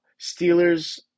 Steelers